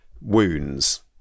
wounds